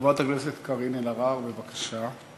חברת הכנסת קארין אלהרר, בבקשה.